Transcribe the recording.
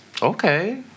Okay